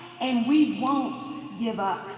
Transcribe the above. and we won't give up.